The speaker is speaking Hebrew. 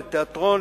לתיאטרון,